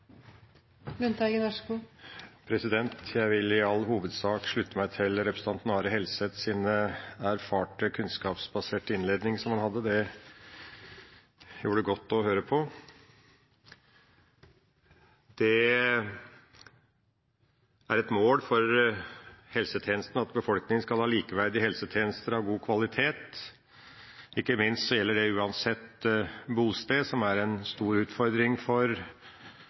Are Helseths erfarte, kunnskapsbaserte innledning. Det gjorde godt å høre på. Det er et mål for helsetjenesten at befolkningen skal ha likeverdige helsetjenester av god kvalitet, ikke minst gjelder det uansett bosted, som er en stor utfordring for